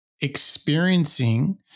experiencing